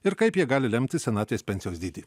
ir kaip jie gali lemti senatvės pensijos dydį